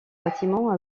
bâtiments